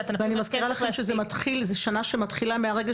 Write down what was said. ואני מזכירה לכם שזאת שנה שמתחילה מהרגע